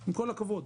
עם כל הכבוד,